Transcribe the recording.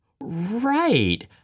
Right